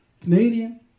Canadian